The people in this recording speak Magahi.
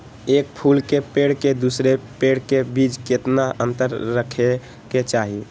एक फुल के पेड़ के दूसरे पेड़ के बीज केतना अंतर रखके चाहि?